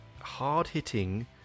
hard-hitting